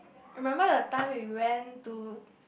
remember the time we went to